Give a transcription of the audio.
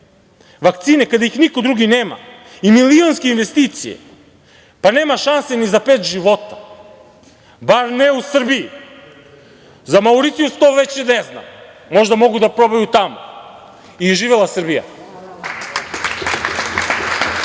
vakcine kada ih niko drugi nema i milionske investicije, pa nema šanse ni za pet života. Bar ne u Srbiji. Za Mauricijus to već ne znam, možda mogu da probaju tamo i živela Srbija.